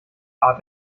art